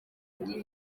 igihe